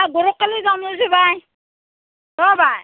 অঁ যাম বুলিছোঁ বাই অ' বাই